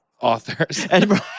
authors